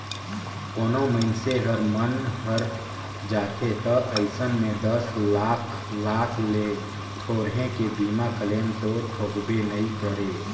कोनो मइनसे हर मन हर जाथे त अइसन में दस लाख लाख ले थोरहें के बीमा क्लेम तो ठोकबे नई करे